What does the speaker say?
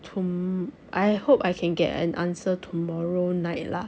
tom~ I hope I can get an answer tomorrow night lah